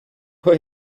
put